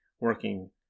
working